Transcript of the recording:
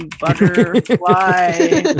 butterfly